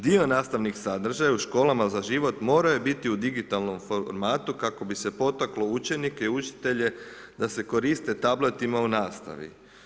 Dio nastavnih sadržaja u školama za život moraju biti u digitalnom formatu kako bi se potaklo učenike i učitelje da se koriste tabletima u nastavi.